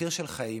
מחיר של חיים,